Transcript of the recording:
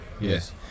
Yes